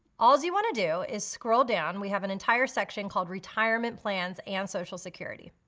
alls you wanna do is scroll down. we have an entire section called retirement plans and social security.